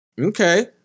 Okay